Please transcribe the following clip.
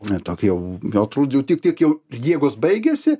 ne tokie jau gal trukdžių tiek tiek jau jėgos baigėsi